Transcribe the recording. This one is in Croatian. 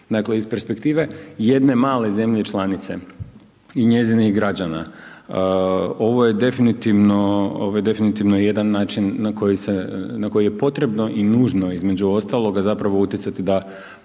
Dakle, iz perspektive jedne male zemlje članice i njezinih građana ovo je definitivno, ovo je definitivno jedan način na koji je potrebno i nužno između ostaloga zapravo utjecati da